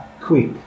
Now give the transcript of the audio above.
quick